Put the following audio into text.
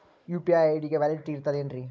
UPI ID ಗೆ validity ಇರತದ ಏನ್ರಿ?